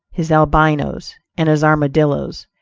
his albinos, and his armadillos,